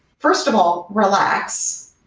first of all, relax.